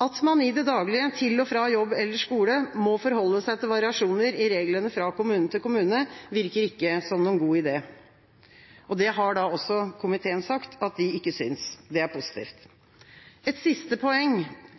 At man i det daglige, til og fra jobb eller skole, må forholde seg til variasjoner i reglene fra kommune til kommune, virker ikke som noen god idé. Det har da også komiteen sagt at den ikke synes, og det er positivt. Et siste poeng: